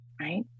right